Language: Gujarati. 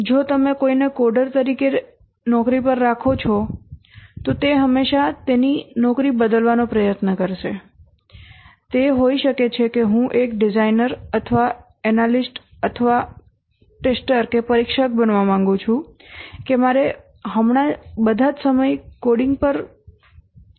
જો તમે કોઈને કોડર તરીકે નોકરી પર રાખો કરો છો તો તે હંમેશા તેની નોકરી બદલવાનો પ્રયત્ન કરશે તે હોઈ શકે છે કે હું એક ડિઝાઇનર અથવા એનાલિસ્ટ અથવા પરીક્ષક બનવા માંગું છું કે મારે હમણાં જ બધા સમય કોડિંગ પર કેમ રાખવું જોઈએ